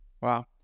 Wow